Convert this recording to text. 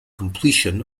completion